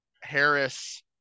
Harris